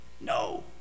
No